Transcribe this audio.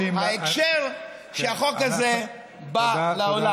ההקשר שהחוק הזה בא בו לעולם.